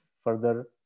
further